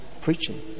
Preaching